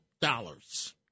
dollars